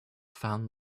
found